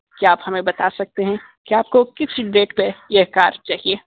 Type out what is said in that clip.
क्या आप हमें बता सकते हैं कि आपको किस डेट पे ये कार चाहिए